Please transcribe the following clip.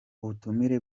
ubutumire